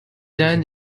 then